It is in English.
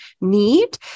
need